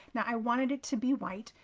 now, i wanted it to be white,